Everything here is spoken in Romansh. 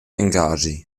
engaschi